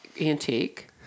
Antique